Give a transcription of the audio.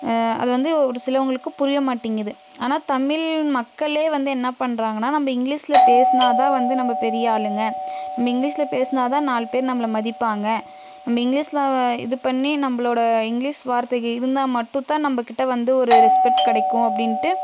அது வந்து ஒரு சிலவங்களுக்கு புரிய மாட்டேங்கிது ஆனால் தமிழ் மக்களே வந்து என்ன பண்ணுறாங்கன்னா நம்ம இங்கிலிஷ்ல பேசுனால் தான் வந்து நம்ம பெரிய ஆளுங்கள் நம்ம இங்கிலிஷ்ல பேசுனால் தான் நாலு பேர் நம்மளை மதிப்பாங்கள் நம்ம இங்கிலிஷ்ல இது பண்ணி நம்மளோட இங்கிலிஷ் வார்த்தைங்கள் இருந்தால் மட்டும் தான் நம்மக்கிட்ட வந்து ஒரு ரெஸ்பெக்ட் கிடைக்கும் அப்படின்ட்டு